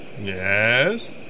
Yes